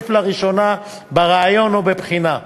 השתתף לראשונה בריאיון או בבחינה.